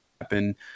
happen